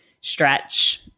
stretch